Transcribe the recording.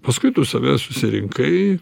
paskui tu save susirinkai